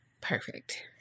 Perfect